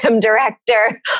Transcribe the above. director